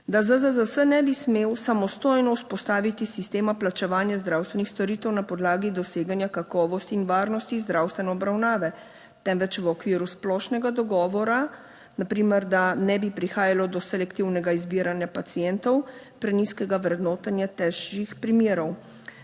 da ZZZS ne bi smel samostojno vzpostaviti sistema plačevanja zdravstvenih storitev na podlagi doseganja kakovosti in varnosti zdravstvene obravnave temveč v okviru splošnega dogovora, na primer, da ne bi prihajalo do selektivnega izbiranja pacientov, prenizkega vrednotenja težkih primerov.